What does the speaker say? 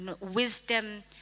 wisdom